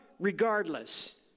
Regardless